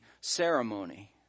ceremony